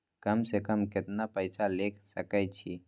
कम से कम केतना पैसा ले सके छी?